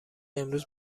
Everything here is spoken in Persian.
امروز